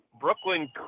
Brooklyn